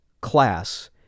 class